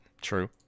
True